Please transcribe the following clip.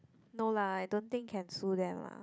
no lah I don't think can sue them lah